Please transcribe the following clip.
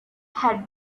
had